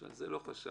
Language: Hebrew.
שעל זה לא חשבתי,